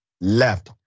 left